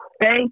Thank